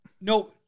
No